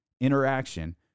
interaction